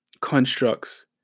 constructs